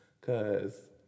cause